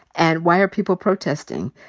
and why are people protesting?